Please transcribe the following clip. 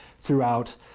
throughout